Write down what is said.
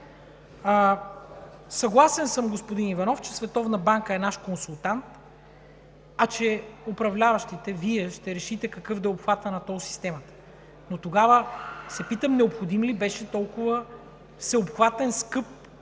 Съгласен съм, господин Иванов, че Световната банка е наш консултант, а управляващите – Вие, ще решите какъв да е обхватът на тол системата, но тогава се питам: необходим ли беше толкова всеобхватен, скъп